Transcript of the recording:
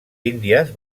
índies